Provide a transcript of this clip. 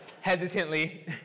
Hesitantly